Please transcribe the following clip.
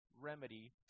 remedy